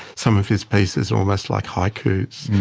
some of his pieces almost like haikus.